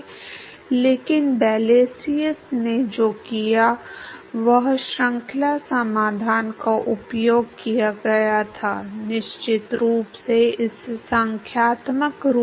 तो यह प्लेट की लंबाई से घटाकर 1 बटा 2 की शक्ति के आधार पर रेनॉल्ड्स संख्या में 0664 होगा